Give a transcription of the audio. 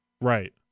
right